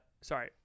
Sorry